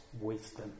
wisdom